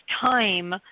time